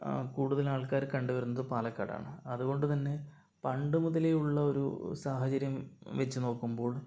കൂടുതൽ ആൾക്കാര് കണ്ട് വരുന്നത് പാലക്കാടാണ് അതുകൊണ്ട് തന്നെ പണ്ട് മുതലേയുള്ളൊരു സാഹചര്യം വെച്ച് നോക്കുമ്പോൾ